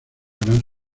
gran